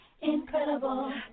Incredible